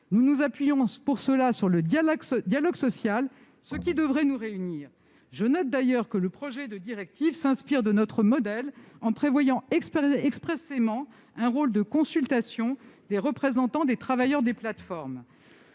Nous nous appuyons pour cela sur le dialogue social, ce qui devrait nous réunir. Je note d'ailleurs que le projet de directive s'inspire de notre modèle, en prévoyant expressément un rôle de consultation des représentants des travailleurs des plateformes.